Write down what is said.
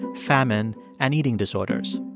famine and eating disorders.